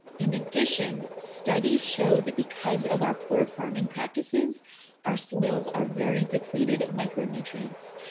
in addition, studies show that because of our poor farming practices our soils are very depleted of micronutrients.